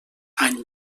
any